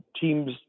Teams